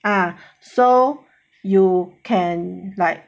ah so you can like